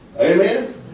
Amen